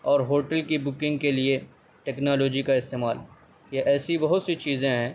اور ہوٹل کی بکنگ کے لیے ٹیکنالوجی کا استعمال یا ایسی بہت سی چیزیں ہیں